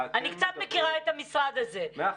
מאה אחוז.